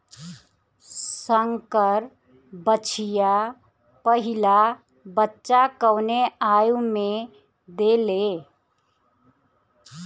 संकर बछिया पहिला बच्चा कवने आयु में देले?